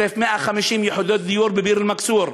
1,150 יחידות דיור בביר-אל-מכסור,